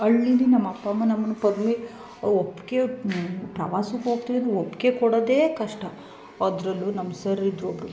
ಹಳ್ಳೀಲಿ ನಮ್ಮ ಅಪ್ಪ ಅಮ್ಮ ನಮ್ನ ಪರ್ಮಿ ಒಪ್ಪಿಗೆ ಪ್ರವಾಸಕ್ಕೆ ಹೋಗ್ತೀವಿ ಅಂದ್ರೆ ಒಪ್ಪಿಗೆ ಕೊಡೋದೆ ಕಷ್ಟ ಅದರಲ್ಲೂ ನಮ್ಮ ಸರ್ ಇದ್ರು ಒಬ್ಬರು